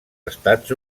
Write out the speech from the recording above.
estats